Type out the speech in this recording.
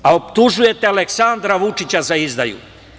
A, optužujete Aleksandra Vučića za izdaju.